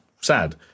sad